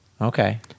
Okay